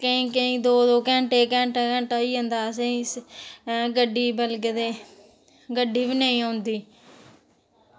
केईं केईं दौ दौ घैंटे घैंटा होई जंदा असेंगी गड्डी बलगदे गड्डी बी नेईं औंदी